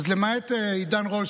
אז למעט עידן רול,